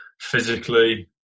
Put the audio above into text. physically